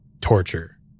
torture